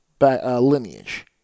lineage